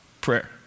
Prayer